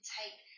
take